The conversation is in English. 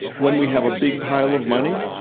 when we have a big pile of money,